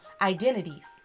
identities